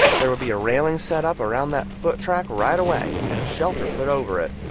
there would be a railing set up around that foot-track right away, and a shelter put over it,